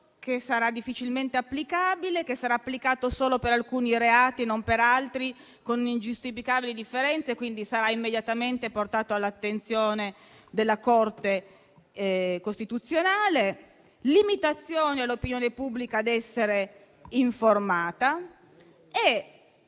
che sarà difficilmente applicabile, che sarà applicato solo per alcuni reati non per altri, con ingiustificabili differenze e che, quindi, sarà immediatamente portato all'attenzione della Corte costituzionale, nonché la limitazione dell'opinione pubblica ad essere informata.